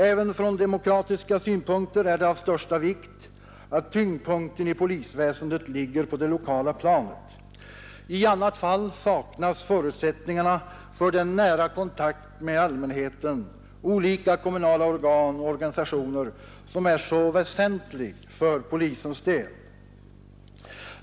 Även från demokratiska synpunkter är det av största vikt att tyngdpunkten i polisväsendet ligger på det lokala planet; i annat fall saknas förutsättningarna för den nära kontakt med allmänheten, med olika kommunala organ och med organisationerna, som är så väsentlig för polisens del.